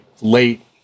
late